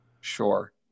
Sure